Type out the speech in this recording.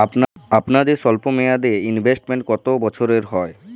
আপনাদের স্বল্পমেয়াদে ইনভেস্টমেন্ট কতো বছরের হয়?